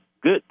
good